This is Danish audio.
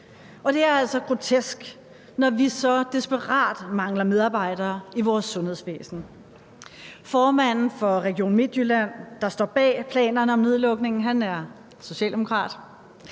altså grotesk, når vi så desperat mangler medarbejdere i vores sundhedsvæsen. Formanden for Region Midtjylland, der står bag planerne om nedlukningen, er socialdemokrat.